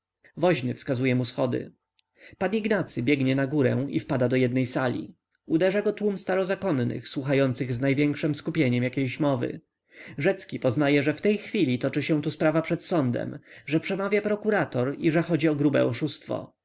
woźny wskazuje mu schody pan ignacy biegnie na górę i wpada do jednej sali uderza go tłum starozakonnych słuchających z największem skupieniem jakiejś mowy rzecki poznaje że w tej chwili toczy się tu sprawa przed sądem że przemawia prokurator i że chodzi o grube oszustwo